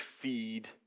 feed